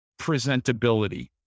presentability